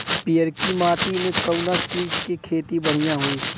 पियरकी माटी मे कउना चीज़ के खेती बढ़ियां होई?